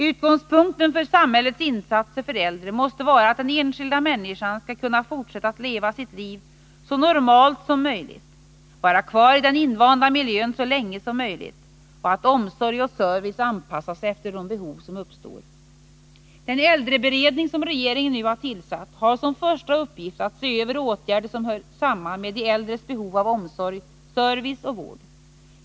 Utgångspunkten för samhällets insatser för äldre måste vara att den enskilda människan skall kunna fortsätta att leva sitt liv så normalt som möjligt, vara kvar i den invanda miljön så länge som möjligt, och att omsorg och service anpassas efter de behov som uppstår. Den äldreberedning som regeringen nu har tillsatt har som första uppgift att se över åtgärder som hör samman med de äldres behov av omsorg, service och vård.